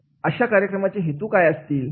अशा कार्यक्रमाचे हेतू काय असतील